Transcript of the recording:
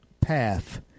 path